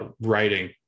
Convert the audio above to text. writing